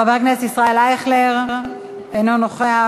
חבר הכנסת ישראל אייכלר, אינו נוכח,